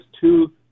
two